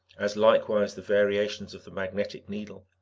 as likewise the variations of the magnetic needle,